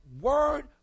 word